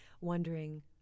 wondering